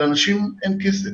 לאנשים אין כסף.